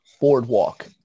Boardwalk